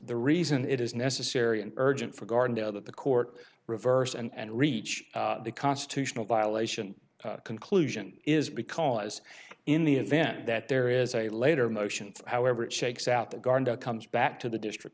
the reason it is necessary and urgent for garden to that the court reverse and reach the constitutional violation conclusion is because in the event that there is a later motions however it shakes out the garda comes back to the district